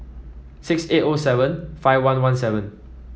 six eight O seven five one one seven